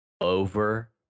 over